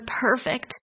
perfect